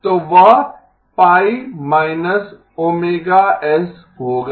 तो वह pi minus omega S होगा